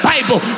Bible